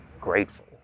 grateful